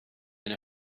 and